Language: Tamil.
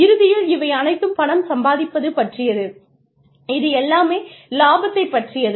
இறுதியில் இவை அனைத்தும் பணம் சம்பாதிப்பது பற்றியது இது எல்லாமே லாபத்தைப் பற்றியது